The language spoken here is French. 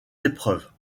épreuves